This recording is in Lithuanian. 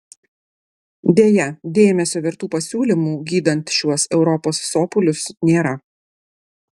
deja dėmesio vertų pasiūlymų gydant šiuos europos sopulius nėra